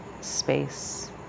space